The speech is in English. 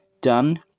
done